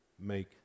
make